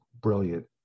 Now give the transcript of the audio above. brilliant